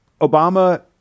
Obama